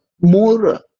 more